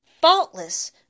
faultless